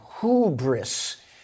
hubris